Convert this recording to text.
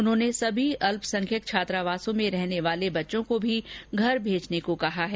उन्होंने सभी अल्पसंख्यक छात्रावासों में रहने वाले बच्चों को भी घर भेजने को कहा है